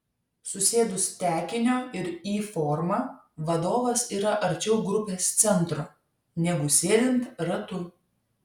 susėdus tekinio ir y forma vadovas yra arčiau grupės centro negu sėdint ratu